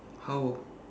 how